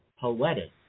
poetic